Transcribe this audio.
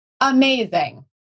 Amazing